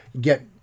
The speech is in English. Get